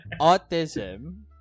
Autism